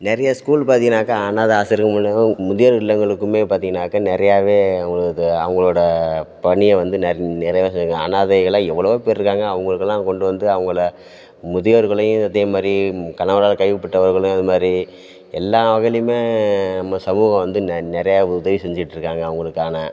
நிறைய ஸ்கூல் பார்த்தீங்கனாக்கா அனாதை ஆசிரமங்களும் முதியோர் இல்லங்களுக்குமே பார்த்தீங்கனாக்க நிறையாவே அவங்களது அவங்களோட பணியை வந்து நெ நிறையா செய்வாங்க அனாதைகளாக எவ்வளோ பேர் இருக்காங்க அவங்களுக்குலாம் கொண்டு வந்து அவங்கள முதியோர்களையும் அதே மாதிரி கணவரால் கைவிப்பட்டவர்களையும் அது மாதிரி எல்லா வேலையுமே நம்ம சமூகம் வந்து நெ நிறையா உதவி செஞ்சுட்ருக்காங்க அவங்களுக்கான